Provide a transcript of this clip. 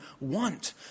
want